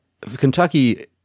Kentucky